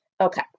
Okay